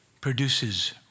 produces